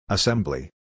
Assembly